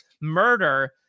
murder